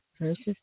versus